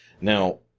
Now